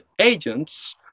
agents